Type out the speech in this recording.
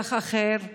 ולפלח אחר לא.